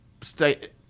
state